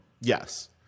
yes